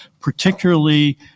particularly